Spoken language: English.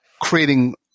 creating